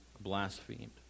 blasphemed